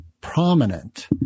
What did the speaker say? prominent